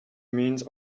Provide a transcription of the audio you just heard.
means